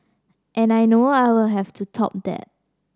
and I know I will have to top that